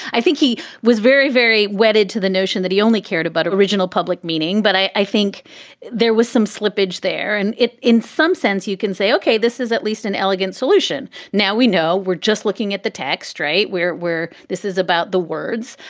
i think he was very, very wedded to the notion that he only cared about original public meaning. but i think there was some slippage there. and in some sense, you can say, ok, this is at least an elegant solution. now we know we're just looking at the text right where where this is about the words.